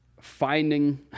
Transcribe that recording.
finding